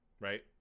right